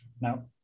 Now